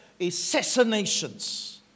assassinations